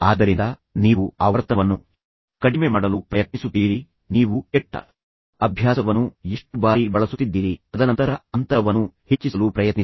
ಆದ್ದರಿಂದ ನೀವು ಆವರ್ತನವನ್ನು ಕಡಿಮೆ ಮಾಡಲು ಪ್ರಯತ್ನಿಸುತ್ತೀರಿ ನೀವು ಕೆಟ್ಟ ಅಭ್ಯಾಸವನ್ನು ಎಷ್ಟು ಬಾರಿ ಬಳಸುತ್ತಿದ್ದೀರಿ ತದನಂತರ ಅಂತರವನ್ನು ಹೆಚ್ಚಿಸಲು ಪ್ರಯತ್ನಿಸಿ